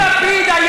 היה